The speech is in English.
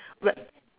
wh~